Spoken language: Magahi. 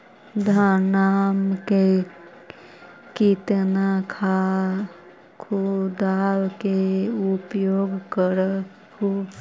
धानमा मे कितना खदबा के उपयोग कर हू?